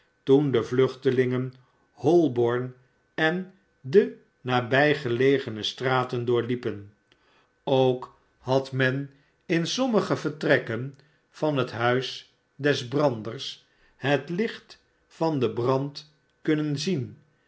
toen de vluchtelingen holborn en de nabijgelegene straten doorliepen ook had men in sommige vertrekken van het huis des branders het licht van den brand kunnen zien